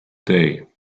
day